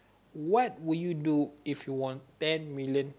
what will you do if you won ten million